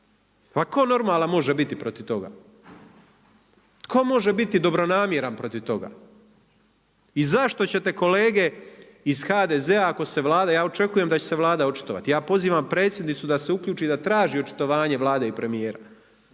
Pa tko normalan može biti protiv toga? Tko može biti dobronamjeran protiv toga? I zašto ćete kolege iz HDZ-a ako se Vlada, ja očekujem da će se Vlada očitovati. Ja pozivam Predsjednicu da se uključi, da traži očitovanje Vlade i premijera.